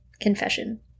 Confession